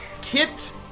Kit